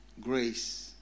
grace